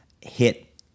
hit